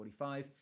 45